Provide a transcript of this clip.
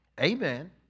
Amen